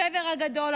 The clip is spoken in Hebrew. השבר הגדול,